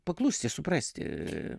paklusti suprasti